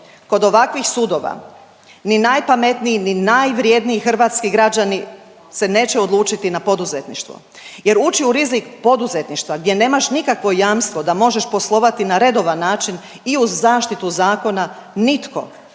kod ovakvih sudova ni najpametniji ni najvrjedniji hrvatski građani se neće odlučiti na poduzetništvo jer ući u rizik poduzetništva gdje nemaš nikakvo jamstvo da možeš poslovati na redovan način i uz zaštitu zakona, nitko